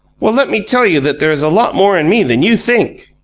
well, let me tell you that there is a lot more in me than you think.